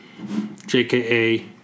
JKA